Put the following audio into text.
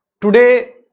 Today